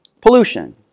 pollution